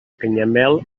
canyamel